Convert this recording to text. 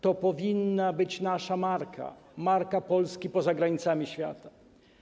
To powinna być nasza marka, marka Polski poza granicami, na świecie.